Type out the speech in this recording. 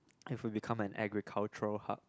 if we become an agricultural hub